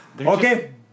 Okay